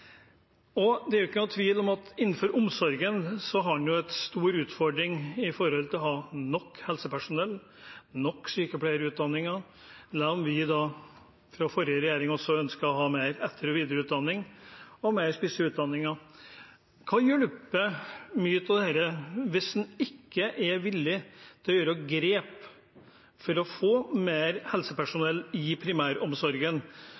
omsorgen har en jo en stor utfordring når det gjelder å ha nok helsepersonell og nok sykepleierutdanninger, selv om vi fra forrige regjering også ønsket å ha mer etter- og videreutdanning og mer spisse utdanninger. Hva hjelper mye av dette hvis en ikke er villig til å ta grep for å få mer